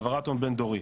העברת הון בין דורי,